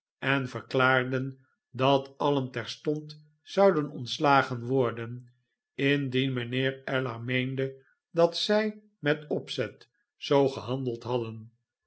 en verklaarden dat alien terstond zouden ontslagen worden indien mijnheer ellar meende dat zij met opzet zoo gehandeld hadden